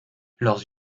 leurs